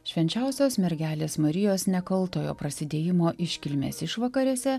švenčiausios mergelės marijos nekaltojo prasidėjimo iškilmės išvakarėse